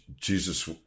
Jesus